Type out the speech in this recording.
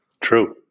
True